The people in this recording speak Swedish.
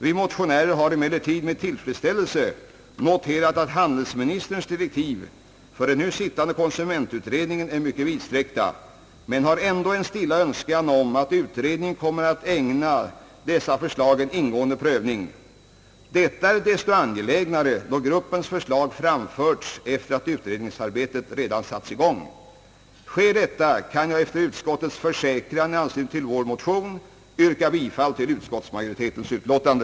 Vi motionärer har med tillfredsställelse noterat att handelsministerns direktiv för den nu sittande konsumentutredningen är mycket vidsträckta, men vi har ändå en stilla önskan om att utredningen kommer att ägna dessa förslag en ingående prövning. Detta är desto angelägnare som gruppens förslag framförts efter det att utredningsarbetet redan satts i gång. Sker detta, kan jag efter utskottets försäkran i anslutning till vår motion yrka bifall till utskottsmajoritetens utlåtande.